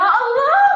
איפה אתה?